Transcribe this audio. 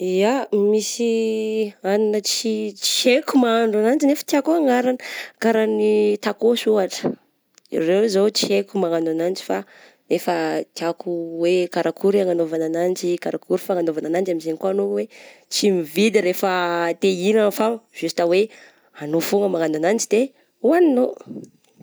Yah, misy hagnina tsy tsyy haiko mahandro ananjy nefa tiako hiagnarana, kara ny tacos ohatra, ireo izao tsy aiko magnano ananjy fa efa tiako ho hay karakory eh ny nanaovagna ananjy, hoe karakory fananaovana ananjy, amin'izay koa ny anao hoe tsy mividy rehefa te hihignana fa juste hoe anao foagna magnano ananjy de hoaninao.